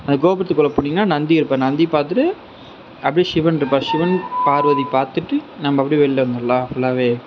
அந்த கோபுரத்துக்குள்ளே போனீங்கனா நந்தி இருக்கும் நந்தி பார்த்துட்டு அப்டியே ஷிவன் இருப்பார் ஷிவன் பார்வதி பார்த்துட்டு நம்ம அப்டியே வெளில வந்துடலான் ஃபுல்லாவே